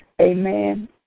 Amen